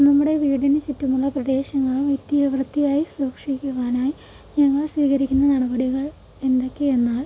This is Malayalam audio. നമ്മുടെ വീടിന് ചുറ്റുമുള്ള പ്രദേശങ്ങൾ നിത്യവും വൃത്തിയായി സൂക്ഷിക്കുവാനായി ഞങ്ങൾ സ്വീകരിക്കുന്ന നടപടികൾ എന്തൊക്കെയെന്നാല്